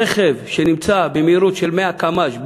רכב שנמצא במהירות של 100 קמ"ש בירידה,